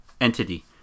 entity